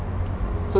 so